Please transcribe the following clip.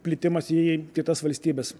plitimas į kitas valstybes